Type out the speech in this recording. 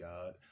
God